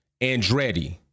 Andretti